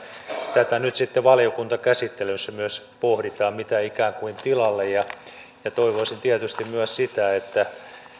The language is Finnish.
tätä nyt sitten valiokuntakäsittelyssä myös pohditaan mitä ikään kuin tilalle toivoisin tietysti myös sitä että